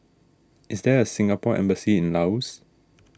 is there a Singapore Embassy in Laos